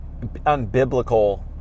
unbiblical